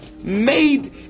made